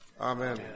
Amen